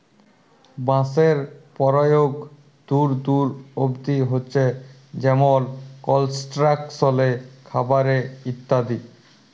বাঁশের পরয়োগ দূর দূর অব্দি হছে যেমল কলস্ট্রাকশলে, খাবারে ইত্যাদি